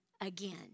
again